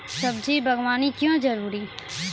सब्जी बागवानी क्यो जरूरी?